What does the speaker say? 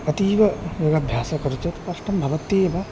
अतीव योगाभ्यासं करोति चेत् कष्टं भवत्येव